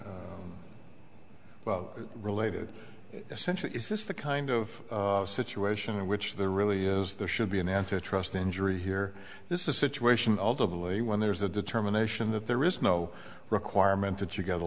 bit related essentially is this the kind of situation in which there really is there should be an antitrust injury here this is a situation ultimately when there's a determination that there is no requirement that you get a